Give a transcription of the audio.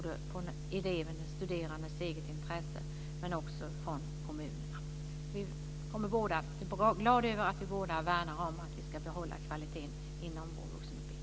Det ligger både i den studerandes eget intresse och i kommunernas. Jag är glad att vi båda värnar om att vi ska behålla kvaliteten inom vår vuxenutbildning.